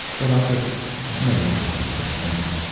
but i took no interest in such things.